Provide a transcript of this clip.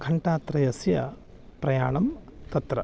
घण्टात्रयस्य प्रयाणं तत्र